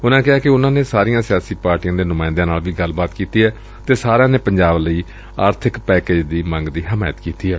ਉਨੂਾਂ ਕਿਹਾ ਕਿ ਉਨੂਾ ਨੇ ਸਾਰੀਆਂ ਸਿਆਸੀ ਪਾਰਟੀਆਂ ਦੇ ਨੁਮਾਇੰਦਿਆਂ ਨਾਲ ਵੀ ਗੱਲਬਾਤ ਕੀਤੀ ਏ ਅਤੇ ਸਾਰਿਆਂ ਨੇ ਪੰਜਾਬ ਲਈ ਆਰਥਿਕ ਪੈਕੇਜ ਦੀ ਮੰਗ ਦੀ ਹਮਾਇਤ ਕੀਤੀ ਏ